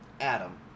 Adam